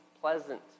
pleasant